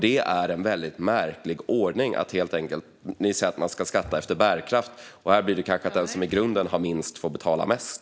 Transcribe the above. Det är en väldigt märklig ordning. Ni säger att man ska skatta efter bärkraft. Här blir det kanske så att den som i grunden har minst får betala mest.